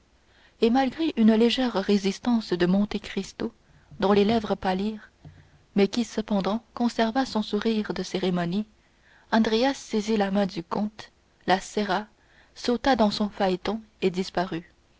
et malgré une légère résistance de monte cristo dont les lèvres pâlirent mais qui cependant conserva son sourire de cérémonie andrea saisit la main du comte la serra sauta dans son phaéton et disparut